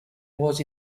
was